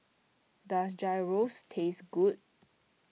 does Gyros taste good